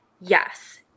Yes